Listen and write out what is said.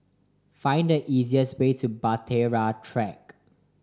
find the easiest way to Bahtera Track